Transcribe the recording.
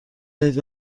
دهید